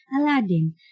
Aladdin